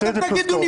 תגידו,